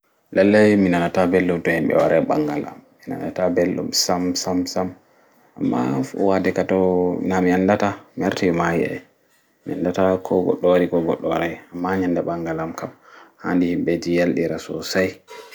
Lallai mi nana ta ɓelɗum to himɓe warai ɓangal am amma waaɗe ka na mi anɗa ta ko goɗɗo wari ko goɗɗo warai